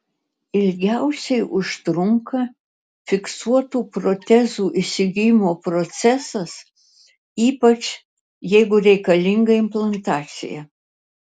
ilgiausiai užtrunka fiksuotų protezų įsigijimo procesas ypač jeigu reikalinga implantacija